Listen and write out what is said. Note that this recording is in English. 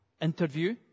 interview